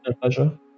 pleasure